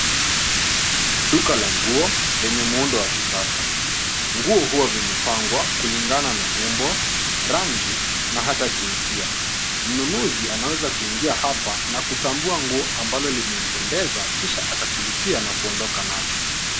Duka la nguo lenye muundo wa kisasa. Nguo huwa vimepangwa kulingana na umbo, rangi na hata jinsia. Mnunuzi anaweza kuingia hapa na kutambua nguo ambalo limempendeza kisha akakilipia na kundoka nacho.